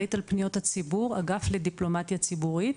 אחראית על פניות הציבור, אגף לדיפלומטיה ציבורית.